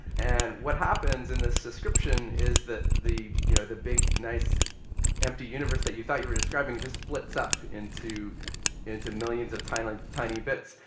and what happens in this description is that the you know the big nice empty universe that you thought you were describing just splits up into into millions of tiny like tiny bits.